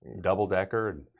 double-decker